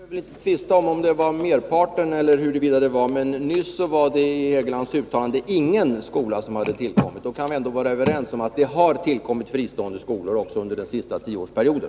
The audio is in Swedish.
Herr talman! Vi skall väl inte tvista om huruvida det var merparten eller inte. Men nyss var det enligt herr Hegelands uttalande ingen skola som hade tillkommit. Vi kan alltså ändå vara överens om att det har tillkommit fristående skolor också under den senaste tioårsperioden.